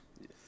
Yes